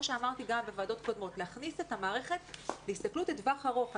שאמרתי גם בוועדות קודמות להכניס את המערכת להסתכלות לטווח ארוך.